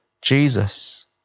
Jesus